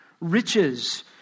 riches